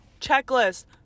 checklist